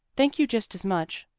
thank you just as much.